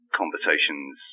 conversations